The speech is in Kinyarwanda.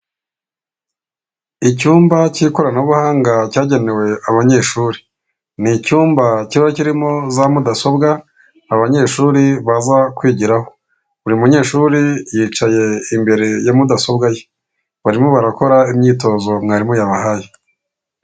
Icyumba cy'ikoranabuhanga cyagenewe abanyeshuri. Ni icyumba kiba kirimo za mudasobwa, abanyeshuri baza kwigiraho. Buri munyeshuri yicaye imbere ya mudasobwa ye. Barimo barakora imyitozo mwarimu yabahaye.